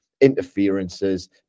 interferences